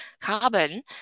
carbon